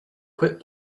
quit